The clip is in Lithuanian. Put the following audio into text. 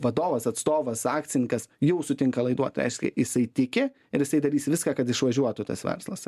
vadovas atstovas akcininkas jau sutinka laiduot reiškia jisai tiki ir jisai darys viską kad išvažiuotų tas verslas